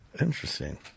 interesting